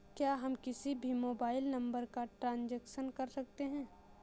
क्या हम किसी भी मोबाइल नंबर का ट्रांजेक्शन कर सकते हैं?